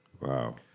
Wow